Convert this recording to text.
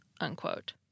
unquote